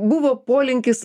buvo polinkis